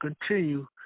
continue